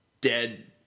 dead